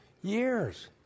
years